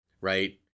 right